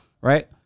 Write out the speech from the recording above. right